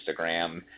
Instagram